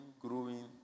growing